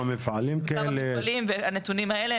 כמה מפעלים ונתונים האלה,